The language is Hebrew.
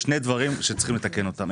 יש שני דברים שצריכים לתקן אותם.